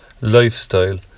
lifestyle